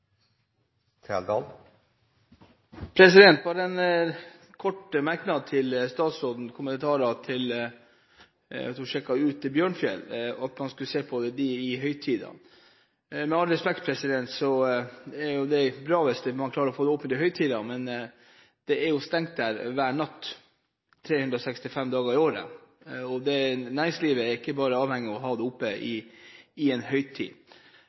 Bare en kort merknad til statsrådens kommentar om at hun har sjekket ut om Bjørnfjell, at man skulle se på åpningstider i høytidene. Med all respekt er det bra hvis man klarer å få det åpent i høytidene, men det er jo stengt der hver natt 365 dager i året. Næringslivet er ikke bare avhengig av å ha det åpent i høytidene, derfor ber jeg statsråden om at hun tar med dette inn i